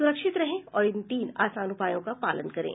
सुरक्षित रहें और इन तीन आसान उपायों का पालन करें